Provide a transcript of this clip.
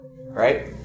right